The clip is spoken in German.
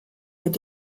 mit